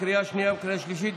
לקריאה שנייה וקריאה שלישית.